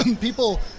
people